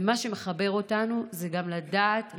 ומה שמחבר אותנו זה גם לדעת להנכיח,